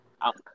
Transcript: Out